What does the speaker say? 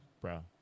Bro